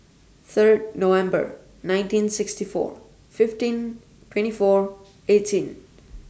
Third November nineteen sixty four fifteen twenty four eighteen